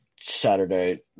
Saturday